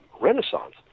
renaissance